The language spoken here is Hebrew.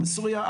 בסוריה,